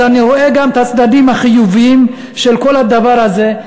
אז אני רואה גם את הצדדים החיוביים של כל הדבר הזה.